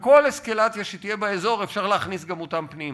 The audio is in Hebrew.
שבכל אסקלציה שתהיה באזור אפשר להכניס גם אותם פנימה.